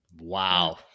Wow